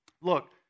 Look